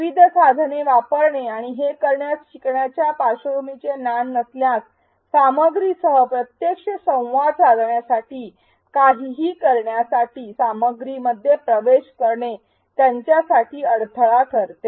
विविध साधने वापरणे आणि हे करण्यास शिकणाऱ्याला पार्श्वभूमीचे ज्ञान नसल्यास सामग्रीसह प्रत्यक्ष संवाद साधण्यासाठी काहीही करण्यासाठी सामग्रीमध्ये प्रवेश करणे त्यांच्यासाठी अडथळा ठरते